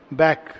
back।